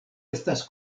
estas